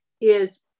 is-